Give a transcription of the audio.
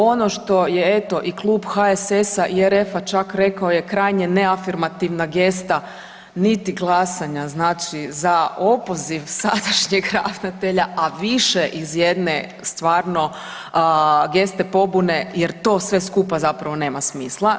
Ono što je eto i Klub HSS i RF-a čak rekao je krajnje ne afirmativna gesta niti glasanja znači za opoziv sadašnjeg ravnatelja, a više stvarno geste pobune jer to sve skupa zapravo nema smisla.